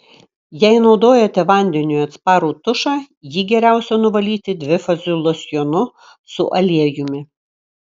jei naudojate vandeniui atsparų tušą jį geriausia nuvalyti dvifaziu losjonu su aliejumi